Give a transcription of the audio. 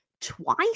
twice